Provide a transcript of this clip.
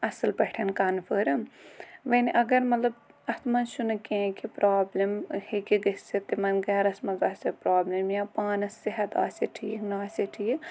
اصِل پٲٹھۍ کَنفٔرٕم وۄنۍ اگر مطلب اتھ منٛز چھُنہِ کینٛہہ کہِ پرابلم ہیٚکہِ گٔژھِتھ تِمَن گَرَس منٛز آسہِ پرابلم یا پانَس صحت آسہِ ٹھیٖک نہ آسہِ ٹھیٖک